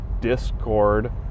discord